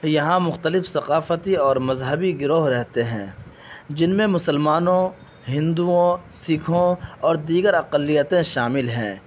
یہاں مختلف ثقافتی اور مذہبی گروہ رہتے ہیں جن میں مسلمانوں ہندؤں سکھوں اور دیگر اقلیتیں شامل ہیں